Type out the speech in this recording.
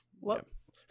Whoops